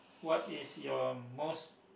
what is your most